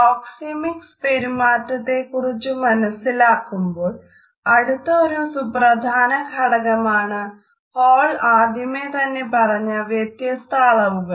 proxemics പെരുമാറ്റത്തെക്കുറിച്ച് മനസ്സിലാക്കുമ്പോൾ അടുത്ത ഒരു സുപ്രധാന ഘടകമാണ് ഹാൾ ആദ്യമേ തന്നെ പറഞ്ഞ വ്യത്യസ്ത അളവുകൾ